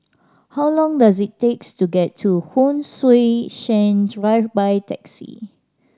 how long does it takes to get to Hon Sui Sen Drive by taxi